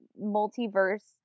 multiverse